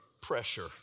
pressure